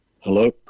Hello